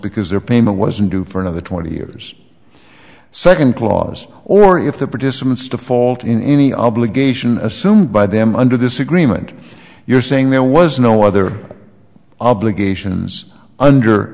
because their payment wasn't due for another twenty years second clause or if the participants default in any obligation assumed by them under this agreement you're saying there was no other obligations under